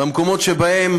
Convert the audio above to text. במקומות שבהם